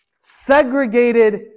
Segregated